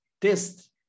Test